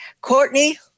Courtney